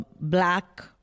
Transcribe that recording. black